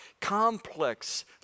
Complex